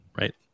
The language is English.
right